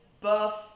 buff